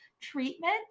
treatment